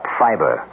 fiber